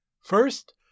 First